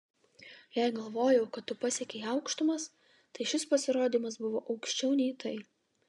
jei galvojau kad tu pasiekei aukštumas tai šis pasirodymas buvo aukščiau nei tai